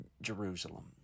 Jerusalem